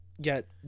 Get